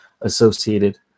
associated